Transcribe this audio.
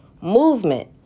movement